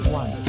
one